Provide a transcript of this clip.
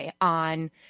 on